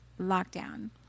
lockdown